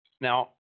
Now